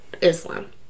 Islam